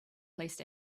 placed